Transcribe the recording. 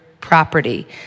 property